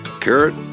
carrot